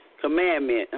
commandment